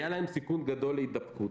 היה להם סיכון גדול להידבקות,